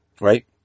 right